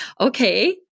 Okay